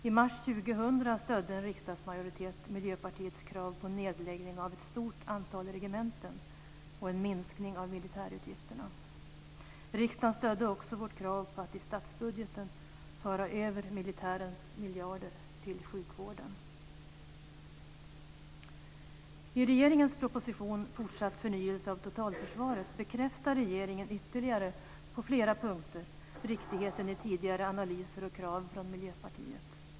I mars 2000 stödde en riksdagsmajoritet Miljöpartiets krav på nedläggning av att stort antal regementen och en minskning av militärutgifterna. Riksdagen stödde också vårt krav på att i statsbudgeten föra över militärens miljarder till sjukvården. I regeringens proposition Fortsatt förnyelse av totalförsvaret bekräftar regeringen ytterligare på flera punkter riktigheten i tidigare analyser och krav från Miljöpartiet.